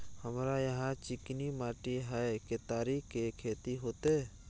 हमरा यहाँ चिकनी माटी हय केतारी के खेती होते?